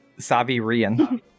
Savirian